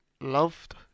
loved